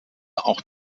auch